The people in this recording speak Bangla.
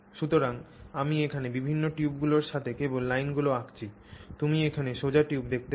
সুতরাং আমি এখানে বিভিন্ন টিউবগুলির সাথে কেবল লাইনগুলি আঁকছি তুমি এখানে সোজা টিউব দেখতে পাবে